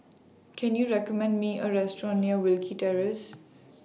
Can YOU recommend Me A Restaurant near Wilkie Terrace